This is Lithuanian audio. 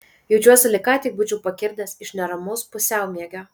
jaučiuosi lyg ką tik būčiau pakirdęs iš neramaus pusiaumiegio